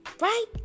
right